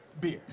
beer